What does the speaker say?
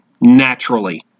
Naturally